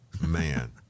Man